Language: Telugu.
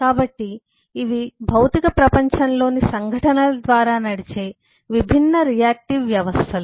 కాబట్టి ఇవి ఇవి భౌతిక ప్రపంచంలోని సంఘటనల ద్వారా నడిచే విభిన్న రియాక్టివ్ వ్యవస్థలు